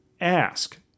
ask